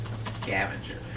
Scavenger